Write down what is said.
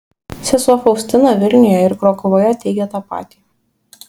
sesuo faustina vilniuje ir krokuvoje teigė tą patį